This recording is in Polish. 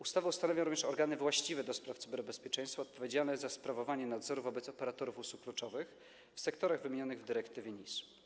Ustawa ustanawia również organy właściwe do spraw cyberbezpieczeństwa odpowiedzialne za sprawowanie nadzoru nad operatorami usług kluczowych w sektorach wymienionych w dyrektywie NIS.